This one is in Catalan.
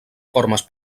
formes